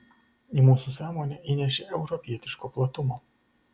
į mūsų sąmonę įnešė europietiško platumo